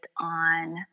on